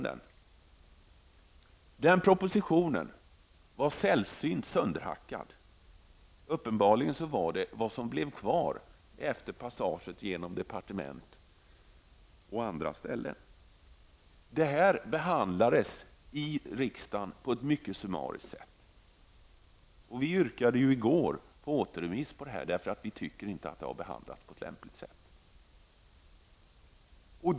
Den propositionen var sällsynt sönderhackad. Det var uppenbarligen vad som blev kvar efter passagen genom departement och andra ställen. Propositionen behandlades i riksdagen på ett nytt summariskt sätt. Miljöpartiet yrkade i går på återremiss av utskottsbetänkandet, eftersom vi inte anser att ärendet har behandlats på ett lämpligt sätt.